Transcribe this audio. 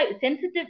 sensitive